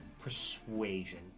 persuasion